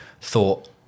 thought